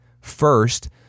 first